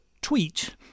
tweet